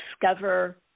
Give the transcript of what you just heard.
discover